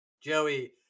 Joey